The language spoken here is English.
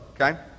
okay